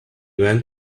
went